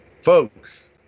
Folks